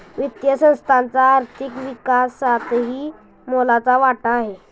वित्तीय संस्थांचा आर्थिक विकासातही मोलाचा वाटा आहे